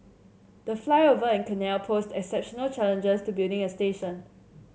the flyover and canal posed exceptional challenges to building a station